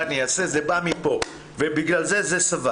מה אני אעשה, זה בא מפה (הלב), ובגלל זה, זה (הלב)